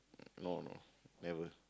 no no never